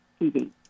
TV